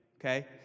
okay